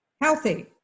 healthy